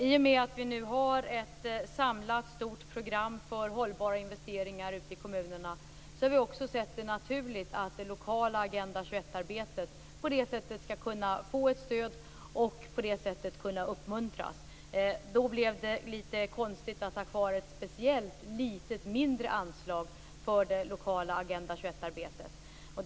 I och med att vi nu har ett stort samlat program för hållbara investeringar ute i kommunerna har vi också sett det som naturligt att det lokala Agenda 21-arbetet på det sättet får stöd och uppmuntran. Då blir det litet konstigt att ha kvar ett speciellt, mindre anslag för det lokala Agenda 21-arbetet.